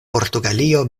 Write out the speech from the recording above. portugalio